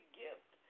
gift